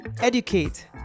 educate